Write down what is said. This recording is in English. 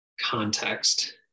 context